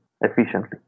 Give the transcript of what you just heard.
efficiently